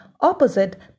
opposite